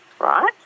right